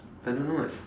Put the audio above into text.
I don't know eh